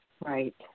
Right